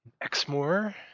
Exmoor